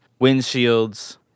windshields